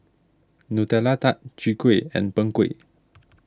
Nutella Tart Chwee Kueh and Png Kueh